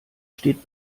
steht